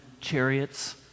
chariots